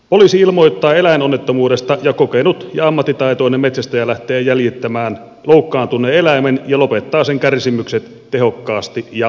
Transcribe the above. poliisi ilmoittaa eläinonnettomuudesta ja kokenut ja ammattitaitoinen metsästäjä lähtee jäljittämään loukkaantuneen eläimen ja lopettaa sen kärsimykset tehokkaasti ja nopeasti